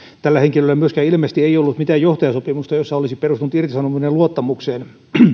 tällä henkilöllä myöskään ilmeisesti ei ollut mitään johtajasopimusta jossa irtisanominen olisi perustunut luottamukseen